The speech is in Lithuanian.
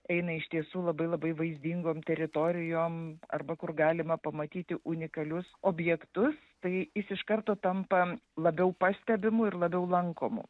eina iš tiesų labai labai vaizdingom teritorijom arba kur galima pamatyti unikalius objektus tai jis iš karto tampa labiau pastebimu ir labiau lankomu